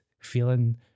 feeling